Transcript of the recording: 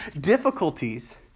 difficulties